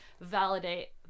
validate